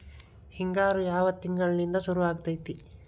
ಹಿಂಗಾರು ಯಾವ ತಿಂಗಳಿನಿಂದ ಶುರುವಾಗತೈತಿ?